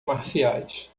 marciais